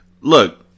Look